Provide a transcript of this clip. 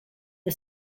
the